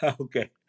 Okay